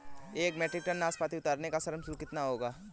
एक metric tonne नाशपाती उतारने का श्रम शुल्क कितना होगा?